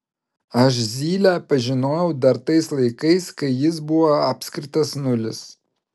aš zylę pažinojau dar tais laikais kai jis buvo apskritas nulis